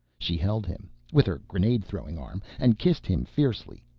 she held him with her grenade-throwing arm and kissed him fiercely.